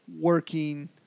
working